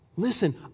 Listen